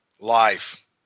life